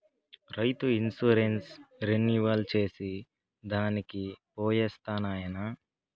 రైతు insurance renewal చేసి దానికి పోయొస్తా నాయనా